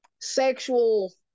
sexual